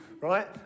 right